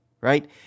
right